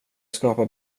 skapar